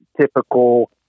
typical